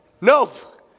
nope